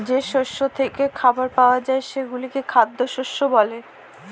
যে শস্য থেকে খাবার পাওয়া যায় সেগুলোকে খ্যাদ্যশস্য বলে